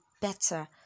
better